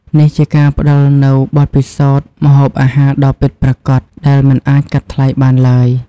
នេះជាការផ្តល់នូវបទពិសោធន៍ម្ហូបអាហារដ៏ពិតប្រាកដដែលមិនអាចកាត់ថ្លៃបានឡើយ។